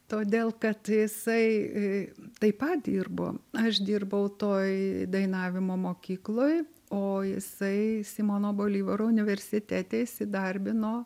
todėl kad jisai taip pat dirbo aš dirbau toj dainavimo mokykloj o jisai simono bolivaro universitete įsidarbino